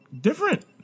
different